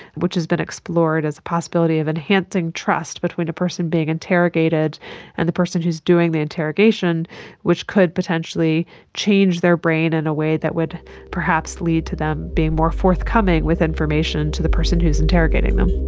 which has been explored as a possibility of enhancing trust between a person being interrogated and the person who is doing the interrogation which could potentially change their brain in a way that would perhaps lead to them being more forthcoming with information to the person who is interrogating them.